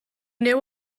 know